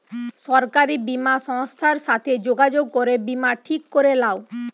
সরকারি বীমা সংস্থার সাথে যোগাযোগ করে বীমা ঠিক করে লাও